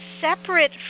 separate